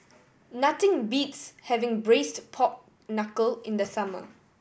nothing beats having Braised Pork Knuckle in the summer